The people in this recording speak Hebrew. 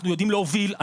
אנחנו יודעים להוביל,